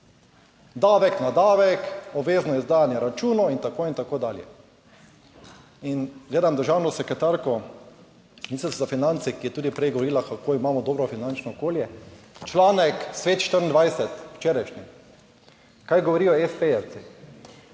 Davek na davek, obvezno izdajanje računov in tako in tako dalje. In gledam državno sekretarko Ministrstva za finance, ki je tudi prej govorila, kako imamo dobro finančno okolje. Članek Svet24, včerajšnji, Kaj govorijo espejevci?